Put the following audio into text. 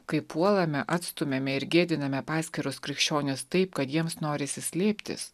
kai puolame atstumiame ir gėdiname paskirus krikščionis taip kad jiems norisi slėptis